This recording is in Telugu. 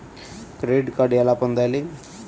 క్రెడిట్ కార్డు ఎలా పొందాలి?